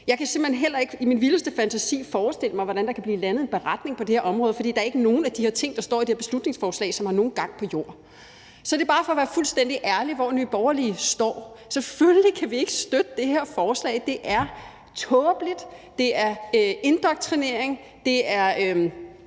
Jeg kan simpelt hen heller ikke i min vildeste fantasi forestille mig, hvordan der kan blive landet en beretning på det her område, for der er ikke nogen af de ting, der står i det her beslutningsforslag, som har nogen gang på jorden. Så det er bare for at være fuldstændig ærlig, med hensyn til hvor Nye Borgerlige står. Selvfølgelig kan vi ikke støtte det her forslag. Det er tåbeligt, det er indoktrinering, og det er